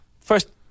First